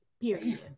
Period